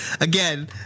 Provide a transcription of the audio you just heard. Again